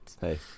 Hey